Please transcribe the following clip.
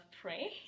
pray